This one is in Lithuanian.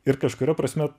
ir kažkuria prasme